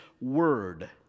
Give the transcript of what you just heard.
Word